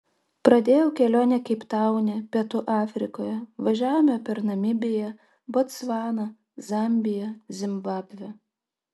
pradėjau kelionę keiptaune pietų afrikoje važiavome per namibiją botsvaną zambiją zimbabvę